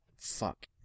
Fuck